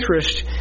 interest